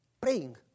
praying